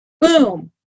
boom